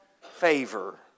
favor